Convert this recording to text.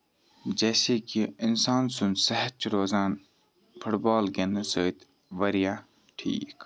جیسے کہِ اِنسان سُند صحت چھُ روزان فُٹ بال گِندنہٕ سۭتۍ واریاہ ٹھیٖک